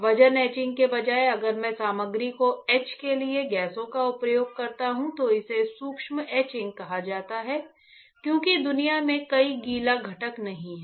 वजन एचिंग के बजाय अगर मैं सामग्री को ईच के लिए गैसों का उपयोग करता हूं तो इसे शुष्क एचिंग कहा जाता है क्योंकि दुनिया में कोई गीला घटक नहीं है